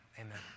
Amen